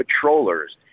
patrollers